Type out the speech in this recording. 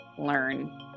learn